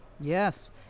yes